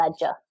ledger